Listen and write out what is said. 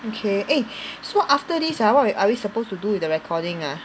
okay eh so after this ah what are are we supposed to do with the recording ah